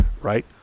right